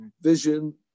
vision